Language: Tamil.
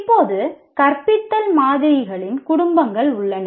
இப்போது கற்பித்தல் மாதிரிகளின் குடும்பங்கள் உள்ளன